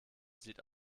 sieht